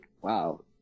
wow